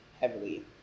heavily